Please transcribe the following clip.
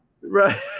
Right